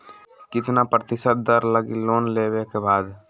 कितना प्रतिशत दर लगी लोन लेबे के बाद?